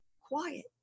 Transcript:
Quiet